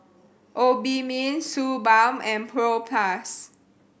Obimin Suu Balm and Propass